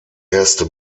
erste